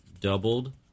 doubled